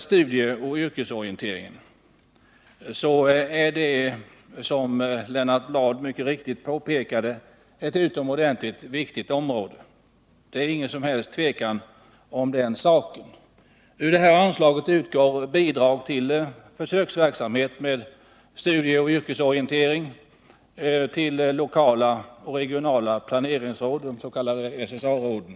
Studieoch yrkesorientering är, såsom Lennart Bladh mycket riktigt påpekade, ett utomordentligt viktigt område. Det är vi alla överens om. Ur det här anslaget utgår bidrag till försöksverksamhet med studieoch yrkesorientering till de lokala och regionala planeringsråden, de s.k. SSA-råden.